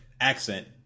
accent